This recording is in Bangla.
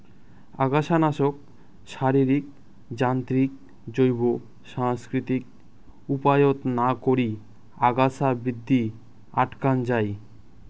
আগাছানাশক, শারীরিক, যান্ত্রিক, জৈব, সাংস্কৃতিক উপায়ত না করি আগাছা বৃদ্ধি আটকান যাই